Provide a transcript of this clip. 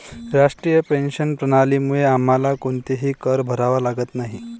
राष्ट्रीय पेन्शन प्रणालीमुळे आम्हाला कोणताही कर भरावा लागत नाही